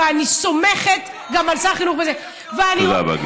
ואני אומרת לך שגם אני, וזה לא היה.